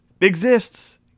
exists